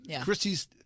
Christy's